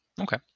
okay